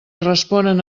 responen